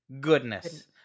goodness